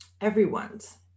everyone's